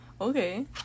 okay